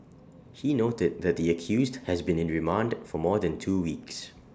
he noted that the accused has been in remand for more than two weeks